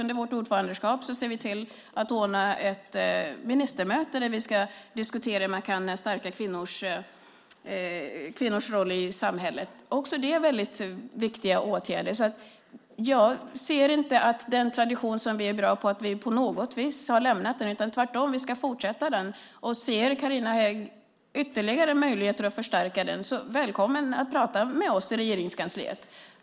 Under vårt ordförandeskap ska vi se till att ordna ett ministermöte där vi ska diskutera hur man kan stärka kvinnors roll i samhället. Också detta är väldigt viktiga åtgärder. Jag ser inte att vi på något sätt har lämnat den tradition som vi är bra på. Tvärtom ska vi fortsätta den. Om Carina Hägg ser ytterligare möjligheter att förstärka den är hon välkommen att tala med oss i Regeringskansliet.